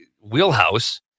wheelhouse